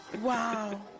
Wow